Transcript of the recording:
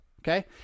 Okay